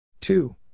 Two